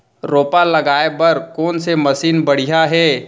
रोपा लगाए बर कोन से मशीन बढ़िया हे?